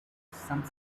some